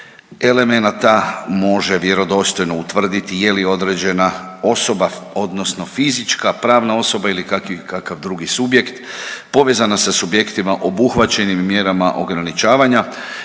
elemenata može vjerodostojno utvrditi je li određena osoba odnosno fizička, pravna osoba ili kakav drugi subjekt povezana sa subjektima obuhvaćenim mjerama ograničavanja